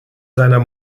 seiner